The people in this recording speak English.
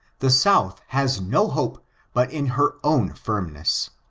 the south has no hope but in her own fiimness.